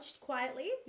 quietly